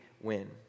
win